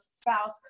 spouse